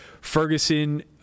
Ferguson